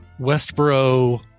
Westboro